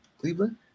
Cleveland